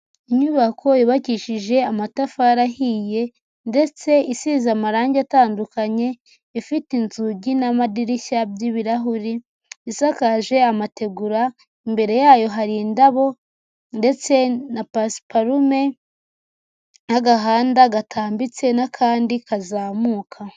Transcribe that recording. Inyubako yubakishije amatafari ahiye ndetse isize amarangi atandukanye, ifite inzugi n'amadirishya by'ibirahuri, isakaje amategura, imbere yayo hari indabo, ndetse na pasiparume, n'agahanda gatambitse n'akandi kazamuka.